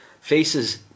Faces